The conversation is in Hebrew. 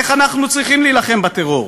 איך אנחנו צריכים להילחם בטרור.